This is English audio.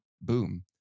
boom